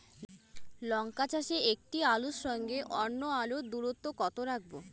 লঙ্কা চাষে একটি আলুর সঙ্গে অন্য আলুর দূরত্ব কত রাখবো?